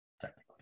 Technically